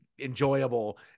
enjoyable